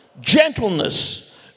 gentleness